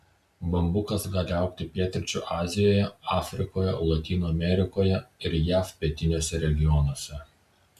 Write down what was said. bambukas gali augti pietryčių azijoje afrikoje lotynų amerikoje ir jav pietiniuose regionuose